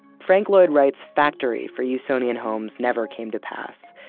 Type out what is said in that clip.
frank lloyd wright's factory for usonian homes never came to pass,